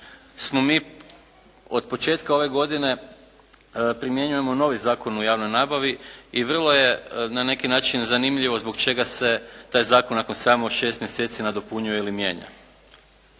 smo mi od početka ove godine primjenjujemo novi Zakon o javnoj nabavi i vrlo je na neki način zanimljivo zbog čega se taj zakon nakon samo šest mjeseci nadopunjuje ili mijenja.